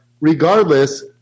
regardless